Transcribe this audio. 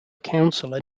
councillor